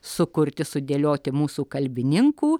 sukurti sudėlioti mūsų kalbininkų